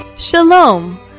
Shalom